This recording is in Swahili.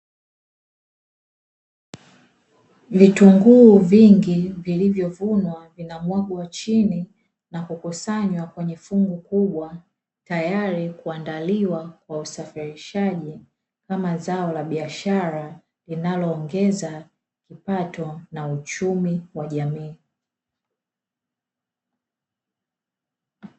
Vitunguu vingi vilivyovunwa vinamwagwa chini na kukusanywa kwenye fungu kubwa, tayari kuandaliwa kwa usafirishaji kama zao la biashara linaloongeza pato na uchumi wa jamii.